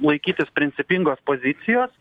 laikytis principingos pozicijos